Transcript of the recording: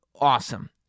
awesome